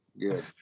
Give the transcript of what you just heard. good